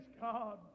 God